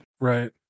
right